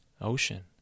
ocean